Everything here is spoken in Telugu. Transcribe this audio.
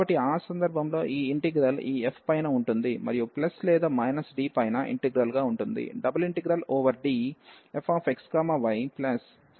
కాబట్టి ఆ సందర్భంలో ఈ ఇంటిగ్రల్ ఈ f పైన ఉంటుంది మరియు ప్లస్ లేదా మైనస్ D పైన ఇంటిగ్రల్ గా ఉంటుంది